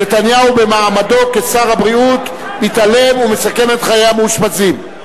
נתניהו במעמדו כשר הבריאות מתעלם ומסכן את חיי המאושפזים.